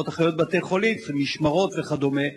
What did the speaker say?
לפחות אחיות בתי-חולים עושות משמרות וכדומה,